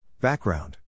Background